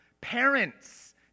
parents